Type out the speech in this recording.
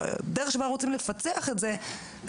הדרך שבה רוצים לפצח את זה - לדעתי,